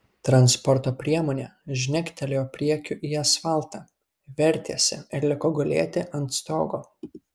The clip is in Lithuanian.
transporto priemonė žnektelėjo priekiu į asfaltą vertėsi ir liko gulėti ant stogo